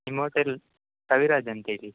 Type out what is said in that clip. ನಿಮ್ಮ ಓಟೆಲ್ ಕವಿರಾಜ್ ಅಂತೇಳಿ